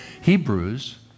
Hebrews